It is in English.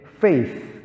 faith